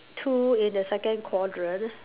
two in the second quadrant